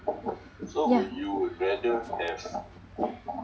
ya